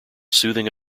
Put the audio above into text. soothing